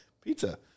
pizza